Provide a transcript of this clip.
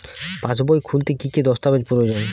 পাসবই খুলতে কি কি দস্তাবেজ প্রয়োজন?